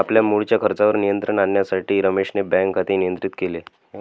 आपल्या मुळच्या खर्चावर नियंत्रण आणण्यासाठी रमेशने बँक खाते नियंत्रित केले